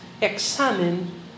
examine